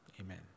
amen